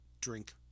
drink